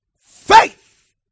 faith